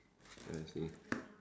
I see